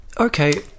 Okay